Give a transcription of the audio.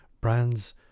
Brands